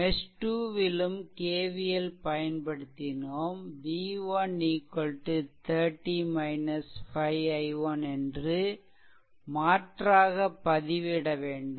mesh 2 லும் KVL பயன்படுத்தினோம் v1 30 - 5i1 என்று மாற்றாக பதிவிட வேண்டும்